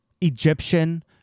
Egyptian-